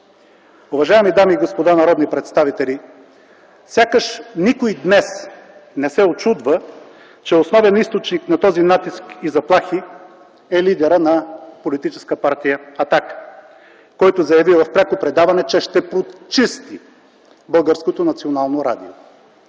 Уважаеми дами и господа народни представители, сякаш никой днес не се учудва, че основен източник на този натиск и заплахи е лидерът на Политическа партия „Атака”, който заяви в пряко предаване, че ще прочисти